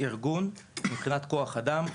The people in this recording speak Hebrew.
ארגון מבחינת כוח אדם,